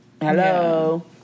Hello